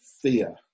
fear